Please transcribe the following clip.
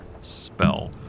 spell